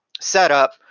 setup